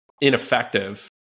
ineffective